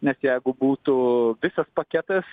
nes jeigu būtų visas paketas